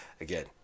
again